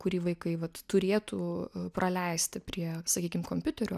kurį vaikai vat turėtų praleisti prie sakykim kompiuterių